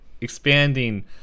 Expanding